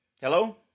Hello